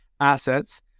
assets